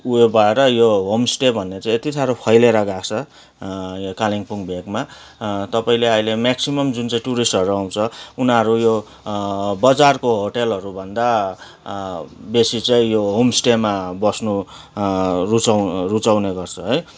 ऊ यो भएर यो होसस्टे भन्ने चाहिँ यति साह्रो फैलिएर गएको छ यो कालिम्पोङ भेगमा तपाईँले अहिले मेक्सिमम् जुन चाहिँ टुरिस्टहरू आउँछ उनीहरू यो बजारको होटेलहरू भन्दा बेसी चाहिँ यो होमस्टेमा बस्नु रुचाउ रुचाउने गर्छ है